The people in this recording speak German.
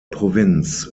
provinz